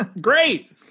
Great